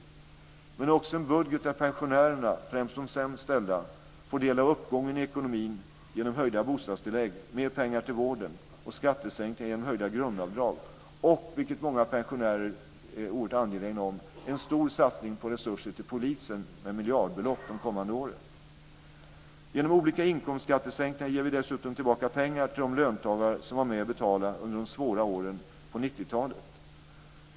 Men det är också en budget där pensionärerna, främst de sämst ställda, får dela uppgången i ekonomin genom höjda bostadstillägg, mer pengar till vården och skattesänkningar genom höjda grundavdrag och, vilket många pensionärer är oerhört angelägna om, en stor satsning på resurser till polisen som får miljardbelopp de kommande åren. Genom olika inkomstskattesänkningar ger vi dessutom tillbaka pengar till de löntagare som var med och betalade under de svåra åren på 90-talet.